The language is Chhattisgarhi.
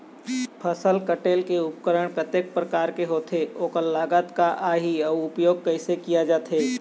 फसल कटेल के उपकरण कतेक प्रकार के होथे ओकर नाम लागत का आही अउ उपयोग कैसे किया जाथे?